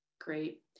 Great